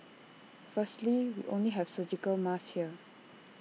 firstly we only have surgical masks here